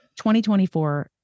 2024